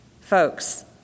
Folks